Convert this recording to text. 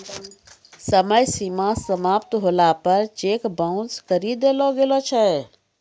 समय सीमा समाप्त होला पर चेक बाउंस करी देलो गेलो छै